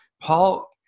Paul